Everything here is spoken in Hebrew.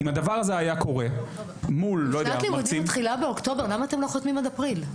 אנחנו חותמים עד אפריל.